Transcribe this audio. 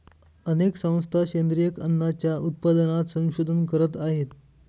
अनेक संस्था सेंद्रिय अन्नाच्या उत्पादनात संशोधन करत आहेत